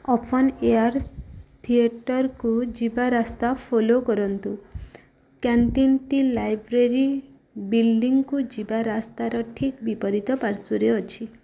open air ଥିଏଟର୍କୁ ଯିବା ରାସ୍ତା ଫଲୋ କରନ୍ତୁ କ୍ୟାଣ୍ଟିନ୍ଟି ଲାଇବ୍ରେରୀ ବିଲ୍ଡ଼ିଂକୁ ଯିବା ରାସ୍ତାର ଠିକ୍ ବିପରୀତ ପାର୍ଶ୍ୱରେ ଅଛି